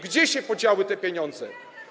Gdzie się podziały te pieniądze?